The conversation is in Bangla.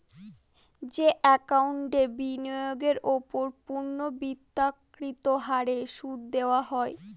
যে একাউন্টে বিনিয়োগের ওপর পূর্ণ্যাবৃত্তৎকত হারে সুদ দেওয়া হয়